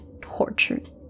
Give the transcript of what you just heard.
tortured